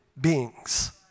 beings